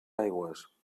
aigües